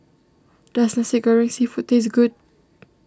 does Nasi Goreng Seafood taste good